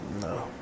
No